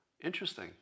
Interesting